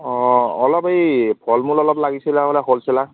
অঁ অলপ এই ফল মূল অলপ লাগিছিল হ'লে হোলছেলাৰ